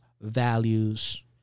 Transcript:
values